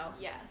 Yes